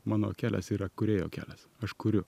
mano kelias yra kūrėjo kelias aš kuriu